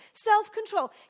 self-control